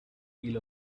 deal